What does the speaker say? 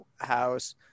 house